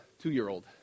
two-year-old